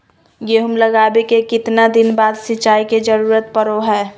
गेहूं लगावे के कितना दिन बाद सिंचाई के जरूरत पड़ो है?